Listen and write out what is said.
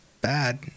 bad